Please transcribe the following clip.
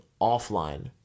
offline